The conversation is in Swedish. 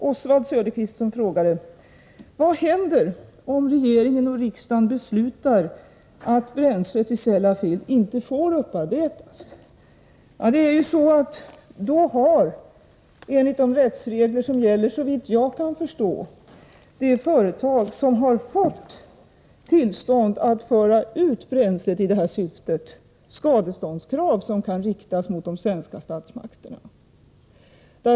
Oswald Söderqvist frågade: Vad händer om regeringen och riksdagen beslutar att bränslet i Sellafield inte får upparbetas? Ja, det är ju så att då har enligt de rättsregler som gäller, såvitt jag kan förstå, det företag som har fått tillstånd att föra ut bränslet i det här syftet rätt att rikta skadeståndskrav mot de svenska statsmakterna.